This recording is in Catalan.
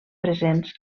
presents